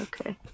Okay